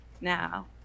Now